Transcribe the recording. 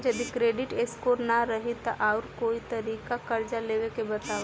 जदि credit score ना रही त आऊर कोई तरीका कर्जा लेवे के बताव?